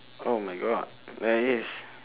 oh my god there is